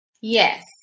Yes